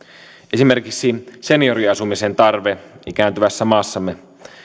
esimerkiksi senioriasumisen tarve ikääntyvässä maassamme